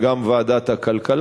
וגם ועדת הכלכלה,